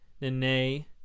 Nene